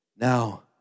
Now